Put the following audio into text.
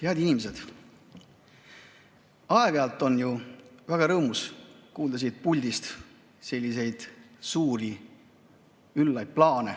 Head inimesed! Aeg-ajalt on ju väga rõõmus kuulda siit puldist selliseid suuri üllaid plaane,